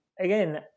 again